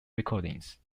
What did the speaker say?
recordings